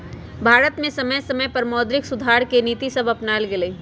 भारत में समय समय पर मौद्रिक सुधार के नीतिसभ अपानाएल गेलइ